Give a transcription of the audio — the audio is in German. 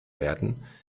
werden